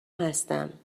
هستم